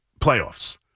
playoffs